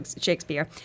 shakespeare